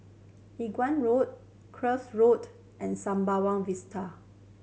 Inggu Road Cuff Road and Sembawang Vista